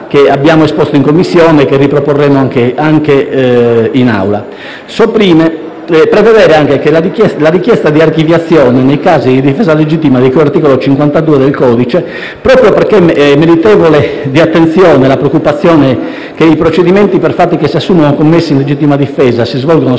che abbiamo esposto in Commissione e che riproporremo anche in Aula. Un altro emendamento prevede la richiesta di archiviazione nei casi di difesa legittima di cui all'articolo 52 del codice, proprio perché è meritevole di attenzione la preoccupazione che i procedimenti per fatti che si assumono commessi in legittima difesa si svolgano speditamente